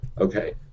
okay